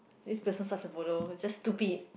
this person's such a bodoh just stupid